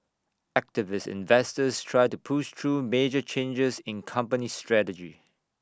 activist investors try to push through major changes in company strategy